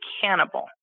cannibal